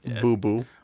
Boo-boo